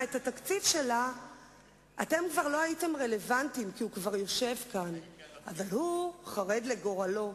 לא יצויר שאדוני ייזום מהלך שכזה.